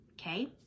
Okay